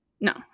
No